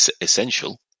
essential